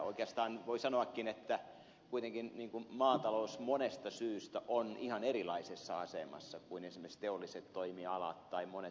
oikeastaan voi sanoakin että kuitenkin maatalous monesta syystä on ihan erilaisessa asemassa kuin esimerkiksi teolliset toimialat tai monet palvelutoimialat